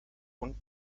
und